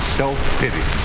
self-pity